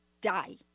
die